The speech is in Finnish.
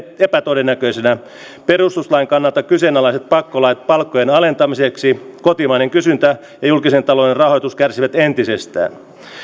epätodennäköisenä perustuslain kannalta kyseenalaiset pakkolait palkkojen alentamiseksi kotimainen kysyntä ja julkisen talouden rahoitus kärsivät entisestään